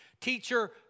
Teacher